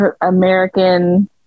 American